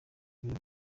ibiro